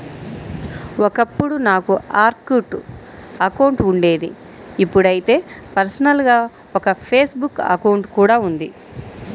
ఒకప్పుడు నాకు Orkut account ఉండేది ఇప్పుడైతే పర్సనల్ గా ఒక ఫేస్ బుక్ అకౌంట్ కూడా ఉంది